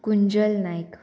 Kunjal Naik